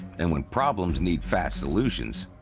and when problems need fast solutions,